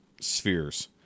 spheres